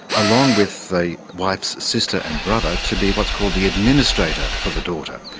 along with the wife's sister and brother, to be what's called the administrator for the daughter,